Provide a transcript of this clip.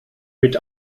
mit